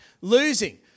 losing